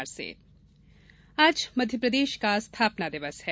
मप्रस्थापना दिवस आज मध्यप्रदेश का स्थापना दिवस है